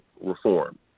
reform